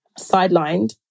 sidelined